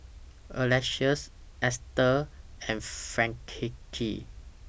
Alecia's Estel and Frankie